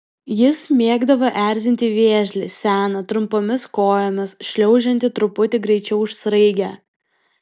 jis mėgdavo erzinti vėžlį seną trumpomis kojomis šliaužiantį truputį greičiau už sraigę